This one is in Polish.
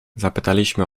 zapytaliśmy